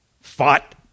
fought